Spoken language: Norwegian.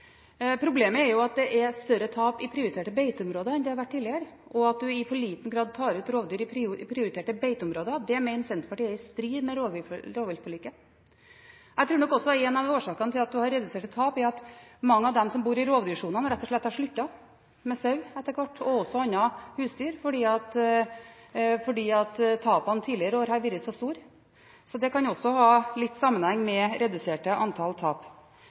at det er større tap i prioriterte beiteområder enn det har vært tidligere, og det at man i for liten grad tar ut rovdyr i prioriterte beiteområder, mener Senterpartiet er i strid med rovviltforliket. Jeg tror nok også en av årsakene til at man har reduserte tap, er at mange av dem som bor i rovdyrsonene, rett og slett har sluttet med sau og også andre husdyr etter hvert, fordi tapene tidligere år har vært så store. Det kan også ha litt sammenheng med det reduserte antall tap.